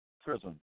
prison